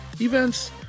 events